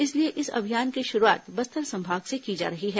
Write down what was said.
इसीलिए इस अभियान की शुरुआत बस्तर संभाग से की जा रही है